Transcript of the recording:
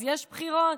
אז יש בחירות?